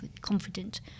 confident